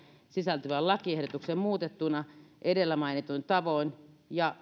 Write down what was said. sisältyvän lakiehdotuksen muutettuna edellä mainituin tavoin ja